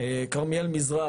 כרמיאל מזרח,